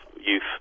youth